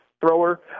thrower